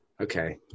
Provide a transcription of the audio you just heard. Okay